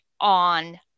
on